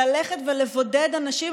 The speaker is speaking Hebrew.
ללכת ולבודד אנשים,